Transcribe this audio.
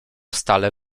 stale